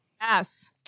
Yes